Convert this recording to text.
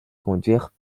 conduire